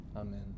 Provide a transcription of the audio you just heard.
amen